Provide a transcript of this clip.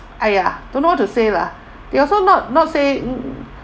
!aiya! don't know what to say lah they also not not say